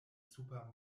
super